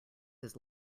his